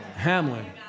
Hamlin